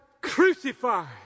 crucified